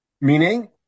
Meaning